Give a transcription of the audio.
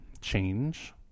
change